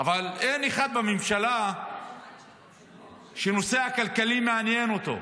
אבל אין אחד בממשלה שהנושא הכלכלי מעניין אותו.